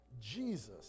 Jesus